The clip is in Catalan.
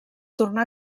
tornar